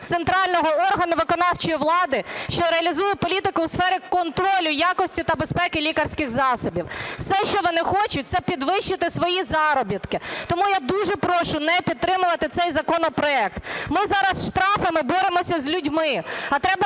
центрального органу виконавчої влади, що реалізує політику у сфері контролю якості та безпеки лікарських засобів". Все, що вони хочуть, це підвищити свої заробітки. Тому я дуже прошу не підтримувати цей законопроект. Ми зараз штрафами боремось з людьми. А треба